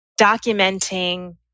documenting